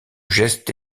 geste